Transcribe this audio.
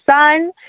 son